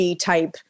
type